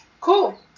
Cool